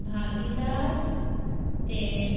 भागिदार ते